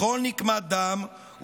לכל נקמת דם,